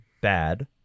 bad